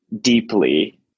deeply